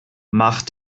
mach